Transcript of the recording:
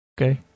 Okay